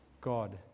God